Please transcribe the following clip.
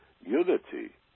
unity